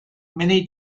many